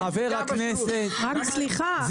חברי הכנסת,